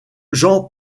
jean